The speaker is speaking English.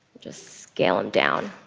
just scale them down.